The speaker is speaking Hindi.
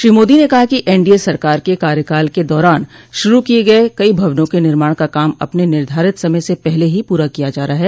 श्री मोदी ने कहा कि एनडीए सरकार के कार्यकाल के दौरान शुरू किये गए कई भवनों के निर्माण का काम अपने निर्धारित समय से पहले ही पूरा किया जा रहा है